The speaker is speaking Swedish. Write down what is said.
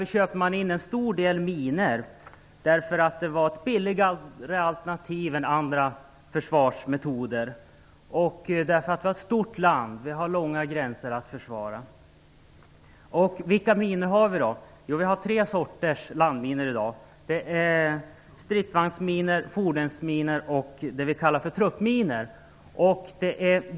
Man köpte in en stor mängd minor därför att det var ett billigare alternativ än andra försvarsmetoder. Landet är stort, och vi har långa gränser att försvara. Vilka minor har vi? Vi har tre sorters landminor i dag. Det är stridsvagnsminor, fordonsminor och det vi kallar för truppminor.